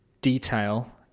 detail